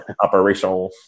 operational